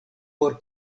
por